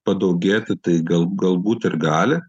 padaugėti tai gal galbūt ir gali